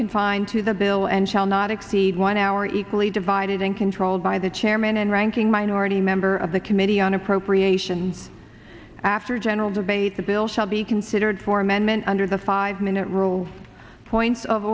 confined to the bill and shall not exceed one hour equally divided and controlled by the chairman and ranking minority member of the committee on appropriations after general debate the bill shall be considered for amendment under the five minute rule points of